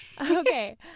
Okay